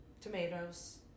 tomatoes